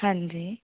ਹਾਂਜੀ